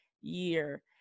year